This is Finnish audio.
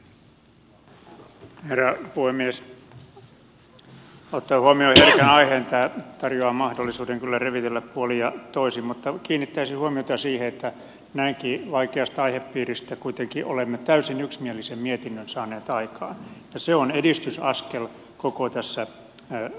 ottaen huomioon herkän aiheen tämä tarjoaa mahdollisuuden kyllä revitellä puolin ja toisin mutta kiinnittäisin huomiota siihen että näinkin vaikeasta aihepiiristä kuitenkin olemme täysin yksimielisen mietinnön saaneet aikaan ja se on edistysaskel koko tässä asiassa